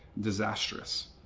disastrous